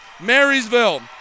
Marysville